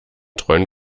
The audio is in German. treuen